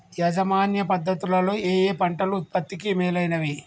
యాజమాన్య పద్ధతు లలో ఏయే పంటలు ఉత్పత్తికి మేలైనవి?